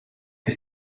que